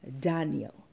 Daniel